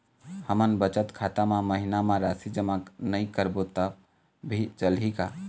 हमन बचत खाता मा महीना मा राशि जमा नई करबो तब भी चलही का?